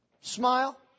smile